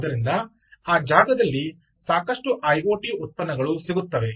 ಆದ್ದರಿಂದ ಆ ಜಾಗದಲ್ಲಿ ಸಾಕಷ್ಟು ಐಒಟಿ ಉತ್ಪನ್ನಗಳು ಸಿಗುತ್ತವೆ